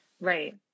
Right